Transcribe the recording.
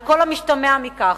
על כל המשתמע מכך,